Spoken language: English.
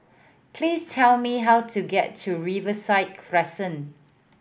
please tell me how to get to Riverside Crescent